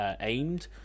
aimed